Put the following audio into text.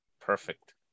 Perfect